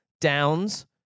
downs